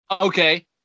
Okay